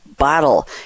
bottle